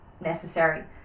necessary